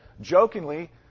jokingly